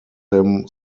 him